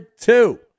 two